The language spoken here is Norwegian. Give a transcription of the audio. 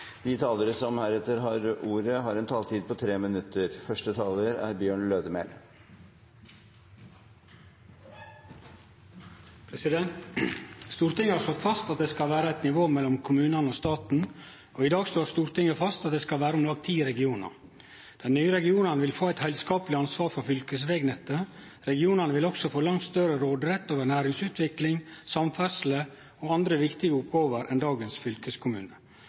De talere som heretter får ordet, har en taletid på inntil 3 minutter. Stortinget har slått fast at det skal vere eit nivå mellom kommunane og staten, og i dag slår Stortinget fast at det skal vere om lag ti regionar. Dei nye regionane vil få eit heilskapleg ansvar for fylkesvegnettet. Regionane vil også få langt større råderett over næringsutvikling, samferdsle og andre viktige oppgåver enn dagens fylkeskommune.